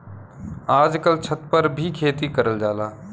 आजकल छत पर भी खेती करल जाला